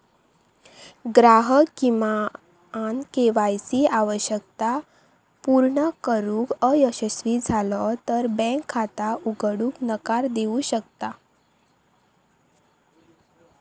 ग्राहक किमान K Y C आवश्यकता पूर्ण करुक अयशस्वी झालो तर बँक खाता उघडूक नकार देऊ शकता